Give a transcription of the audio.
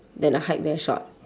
then the height very short